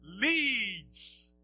leads